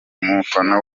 umufana